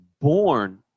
born